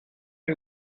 you